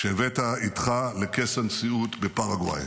שהבאת איתך לכס הנשיאות בפרגוואי.